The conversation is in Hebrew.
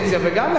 וגם לך,